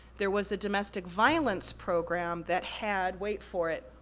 there was a domestic violence program that had, wait for it,